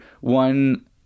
one